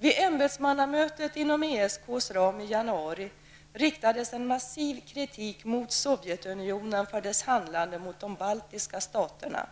Vid ämbetsmannamötet inom ESKs ram i januari riktades en massiv kritik mot Sovjetunionen för dess handlande mot de baltiska staterna.